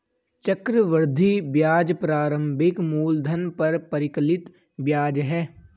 चक्रवृद्धि ब्याज प्रारंभिक मूलधन पर परिकलित ब्याज है